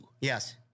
Yes